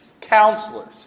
counselors